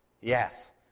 Yes